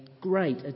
great